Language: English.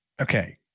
okay